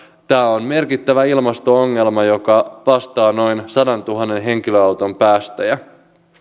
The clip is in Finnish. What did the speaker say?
tämä on merkittävä ilmasto ongelma joka vastaa noin sadantuhannen henkilöauton päästöjä